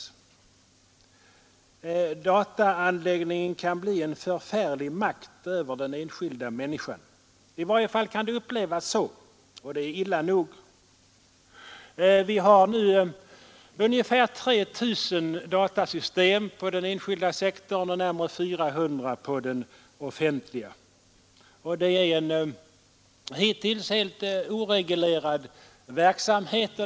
Dataanläggningen kan bli en förfärlig makt över den enskilda människan. I varje fall kan den upplevas så, och det är illa nog. Vi har nu ungefär 3 000 datasystem på den enskilda sektorn och närmare 400 på den offentliga. Och det är en hittills helt oreglerad verksamhet.